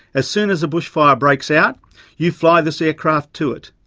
as soon as a bushfire breaks out you fly this aircraft to it.